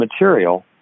material